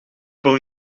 voor